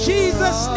Jesus